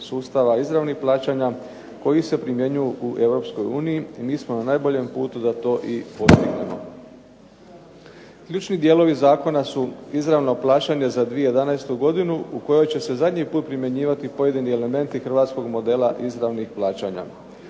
sustava izravnih plaćanja koji se primjenjuju u EU. Mi smo na najboljem putu da to i postignemo. Ključni dijelovi zakona su izravno plaćanje za 2011. godinu u kojoj će se zadnji put primjenjivati pojedini elementi hrvatskog modela izravnih plaćanja.